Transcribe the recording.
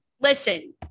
Listen